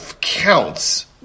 counts